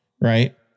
right